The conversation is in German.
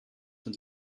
von